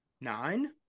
nine